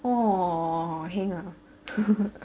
!wah! heng ah